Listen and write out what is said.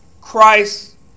Christ